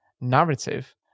narrative